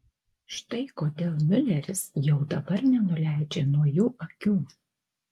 štai kodėl miuleris jau dabar nenuleidžia nuo jų akių